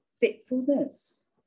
Faithfulness